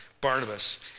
Barnabas